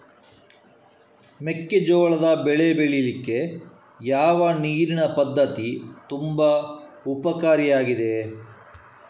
ಮೆಕ್ಕೆಜೋಳದ ಬೆಳೆ ಬೆಳೀಲಿಕ್ಕೆ ಯಾವ ನೀರಿನ ಪದ್ಧತಿ ತುಂಬಾ ಉಪಕಾರಿ ಆಗಿದೆ?